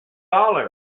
dollar